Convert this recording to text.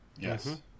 Yes